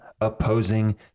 opposing